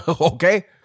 okay